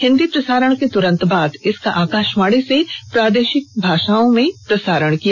हिन्दी प्रसारण के तुरंत बाद इसका आकाशवाणी से प्रादेशिक भाषाओं में प्रसारण होगा